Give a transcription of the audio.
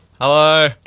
Hello